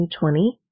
2020